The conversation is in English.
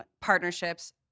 partnerships